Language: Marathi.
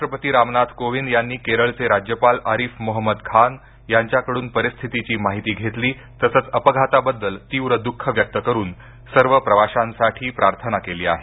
राष्ट्रपती रामनाथ कोविन्द यांनी केरळचे राज्यपाल आरिफ मोहमंद खान यांच्याकडून परिस्थितीची माहिती घेतली तसंच अपघाताबद्दल तीव्र द्ःख व्यक्त करून सर्व प्रवाशांसाठी प्रार्थना केली आहे